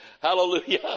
hallelujah